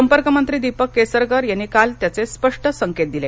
संपर्कमंत्री दीपक केसरकर यांनी काल त्याचे स्पष्ट संकेत दिले